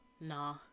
Nah